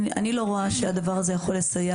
אני לא רואה שהדבר הזה יכול לסייע